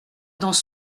dans